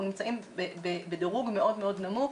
אנחנו נמצאים בדירוג מאוד נמוך.